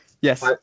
Yes